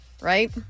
Right